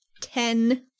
Ten